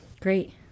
great